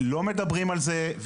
לא מדברים על זה.